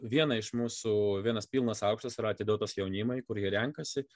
vieną iš mūsų vienas pilnas aukštas atiduotas jaunimui kur jie renkasi